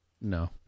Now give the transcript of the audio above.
No